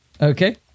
Okay